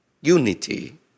unity